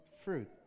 fruit